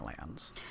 Lands